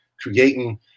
creating